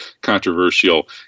controversial